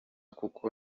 kuko